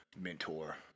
mentor